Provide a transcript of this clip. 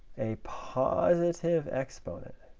a positive exponent